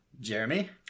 Jeremy